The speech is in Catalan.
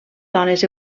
dones